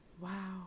Wow